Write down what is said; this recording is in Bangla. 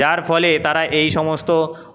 যার ফলে তারা এই সমস্ত